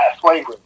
flavor